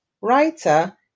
writer